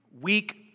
weak